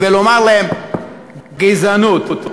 ולומר להם: גזענות.